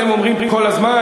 אתם אומרים כל הזמן,